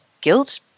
guilt